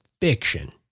fiction